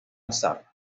azar